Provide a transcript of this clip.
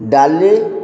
ଡାଲି